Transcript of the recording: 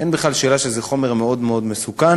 אין בכלל שאלה שזה חומר מאוד מאוד מסוכן.